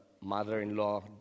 mother-in-law